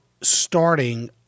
starting